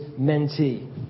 mentee